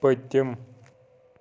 پٔتِم